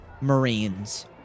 marines